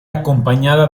acompañada